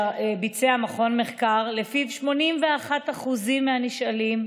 מחקר שלפיו 81% מהנשאלים,